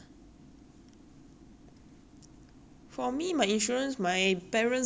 for me my insurance my parents bought since I was born already I think